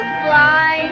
fly